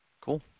Cool